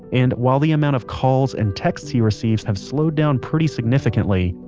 and while the amount of calls and texts he receives have slowed down pretty significantly,